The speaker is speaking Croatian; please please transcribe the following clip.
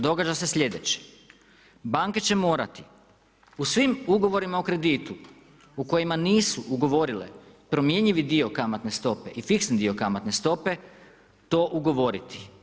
Događa se sljedeće, banke će morati u svim ugovorima o kreditu u kojima nisu ugovorile promjenjivi dio kamatne stope i fiksni dio kamatne stope to ugovoriti.